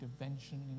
intervention